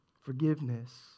Forgiveness